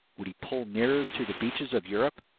would he pull nearer to the beaches of europe?